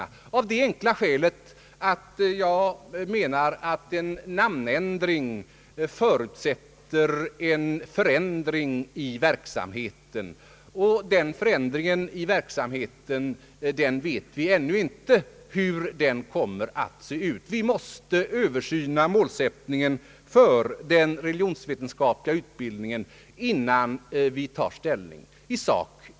Jag gjorde det inte av det enkla skälet att jag anser att en namnändring också förutsätter en förändring av verksamheten, och vi vet ännu inte hur den kommer att se ut. Vi måste göra en Översyn av målsättningen för den religionsvetenskapliga utbildningen innan vi tar ställning i sak.